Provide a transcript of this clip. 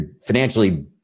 financially